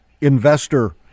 investor